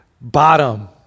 bottom